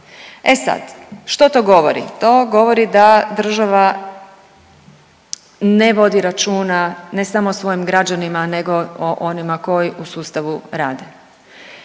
E sad što to govori? To govori da država ne vodi računa ne samo o svojim građanima nego o onima koji u sustavu rade.